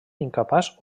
incapaç